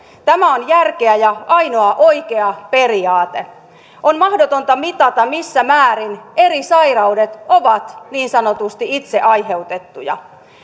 tämä on järkevä ja ainoa oikea periaate on mahdotonta mitata missä määrin eri sairaudet ovat niin sanotusti itse aiheutettuja